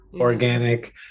organic